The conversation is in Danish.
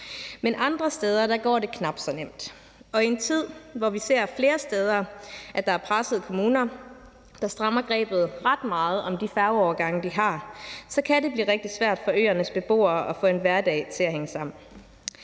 Men andre steder går det knap så nemt, og i en tid, hvor vi flere steder ser, at der er pressede kommuner, der strammer grebet ret meget om de færgeovergange, de har, kan det blive rigtig svært for øernes beboere at få en hverdag til at hænge sammen.